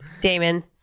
Damon